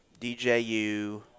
DJU